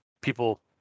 people